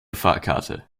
fahrkarte